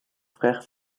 frère